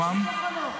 לביטחון לאומי?